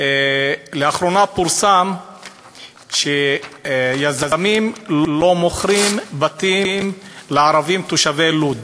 לאחרונה פורסם שיזמים לא מוכרים בתים לערבים תושבי לוד.